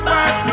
Back